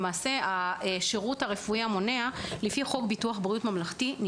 (מלווה את דבריה בהקרנת מצגת) לפי חוק ביטוח בריאות ממלכתי השירות